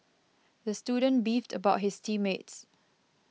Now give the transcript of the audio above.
the student beefed about his team mates